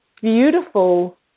beautiful